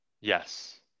Yes